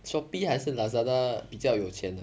shopee 还是 lazada 比较有钱呢